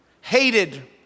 hated